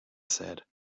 said